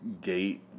Gate